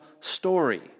story